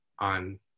On